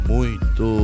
Muito